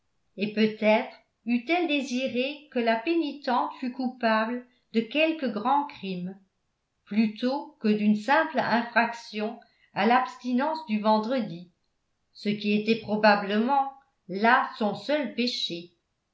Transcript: et peut-être eût-elle désiré que la pénitente fût coupable de quelque grand crime plutôt que d'une simple infraction à l'abstinence du vendredi ce qui était probablement là son seul péché